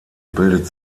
bildet